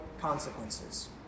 consequences